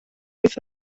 wyth